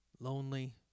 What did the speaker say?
lonely